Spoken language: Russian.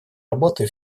работы